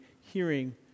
hearing